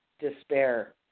Despair